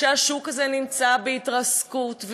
שהשוק הזה נמצא בהתרסקות,